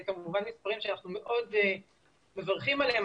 אלו מספרים שאנחנו מאוד מברכים עליהם.